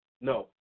no